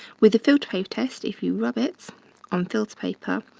with the filter paper test, if you rub it on filter paper,